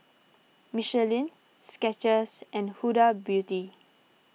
Michelin Skechers and Huda Beauty